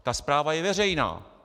Ta zpráva je veřejná.